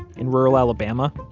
in rural alabama?